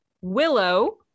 willow